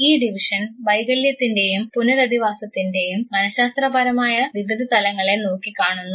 ഈ ഡിവിഷൻ വൈകല്യത്തിൻറെയും പുനരധിവാസത്തിൻറെയും മനഃശാസ്ത്രപരമായ വിവിധ തലങ്ങളെ നോക്കി കാണുന്നു